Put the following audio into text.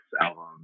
album